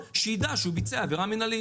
שידע שהוא ביצע עבירה מינהלית.